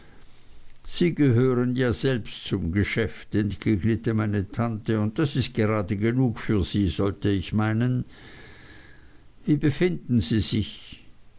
sie gehören ja selbst zum geschäft entgegnete meine tante und das ist gerade genug für sie sollte ich meinen wie befinden sie sich